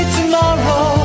tomorrow